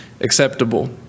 acceptable